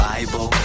Bible